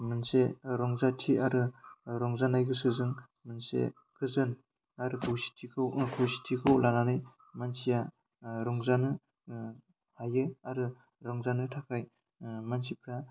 मोनसे रंजाथि आरो रंजानाय गोसोजों मोनसे गोजोन आरो खौसेथिखौ लानानै मानसिया रंजानो हायो आरो रंजानो थाखाय मानसिफ्रा